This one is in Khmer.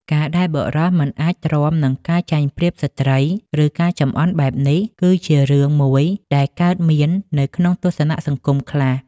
ការដែលបុរសមិនអាចទ្រាំនឹងការចាញ់ប្រៀបស្ត្រី ឬការចំអន់បែបនេះ គឺជារឿងមួយដែលកើតមាននៅក្នុងទស្សនៈសង្គមខ្លះ។